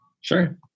Sure